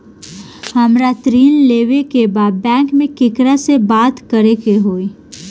हमरा ऋण लेवे के बा बैंक में केकरा से बात करे के होई?